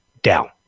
down